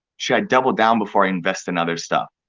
should i double down before i invest in other stuff?